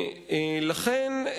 לכן,